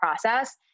process